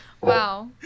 Wow